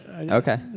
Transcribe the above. okay